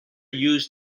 used